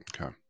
Okay